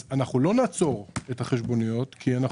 אנחנו לא נעצור את החשבוניות כי אנחנו